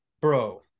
bro